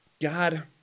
God